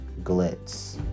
glitz